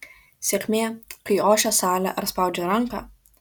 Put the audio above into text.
sėkmė kai ošia salė ar spaudžia ranką